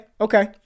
okay